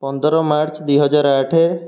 ପନ୍ଦର ମାର୍ଚ୍ଚ ଦୁଇ ହଜାର ଆଠ